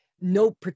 no